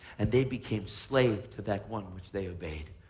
and they became slave to that one which they obeyed.